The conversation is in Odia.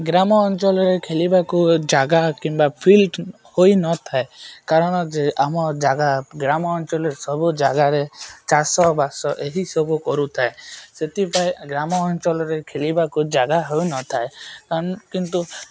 ଗ୍ରାମ ଅଞ୍ଚଳରେ ଖେଲିବାକୁ ଜାଗା କିମ୍ବା ଫିଲ୍ଡ ହୋଇନଥାଏ କାରଣ ଯେ ଆମ ଜାଗା ଗ୍ରାମ ଅଞ୍ଚଲରେ ସବୁ ଜାଗାରେ ଚାଷ ବାସ ଏହି ସବୁ କରୁଥାଏ ସେଥିପାଇଁ ଗ୍ରାମ ଅଞ୍ଚଳରେ ଖେଲିବାକୁ ଜାଗା ହୋଇନଥାଏ କିନ୍ତୁ